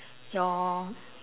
your